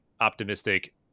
optimistic